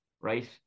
right